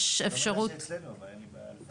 זה לא המידע שאצלנו, אבל אין לי בעיה לפרט.